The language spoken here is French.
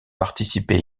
participer